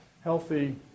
healthy